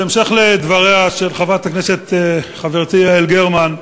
בהמשך לדבריה של חברת הכנסת חברתי יעל גרמן,